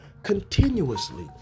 Continuously